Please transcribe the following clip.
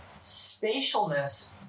spatialness